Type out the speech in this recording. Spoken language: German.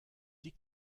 die